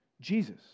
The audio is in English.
Jesus